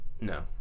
No